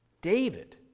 David